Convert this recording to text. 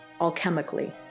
alchemically